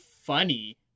funny